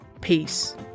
Peace